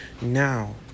now